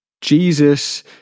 jesus